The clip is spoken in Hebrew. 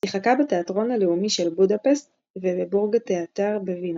שיחקה בתיאטרון הלאומי של בודפשט ובבורגתיאטר בווינה.